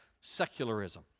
secularism